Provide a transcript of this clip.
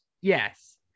Yes